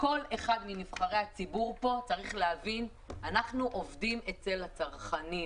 כל אחד מנבחרי הציבור כאן צריך להבין שאנחנו עובדים אצל הצרכנים.